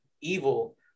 evil